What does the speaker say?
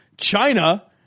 China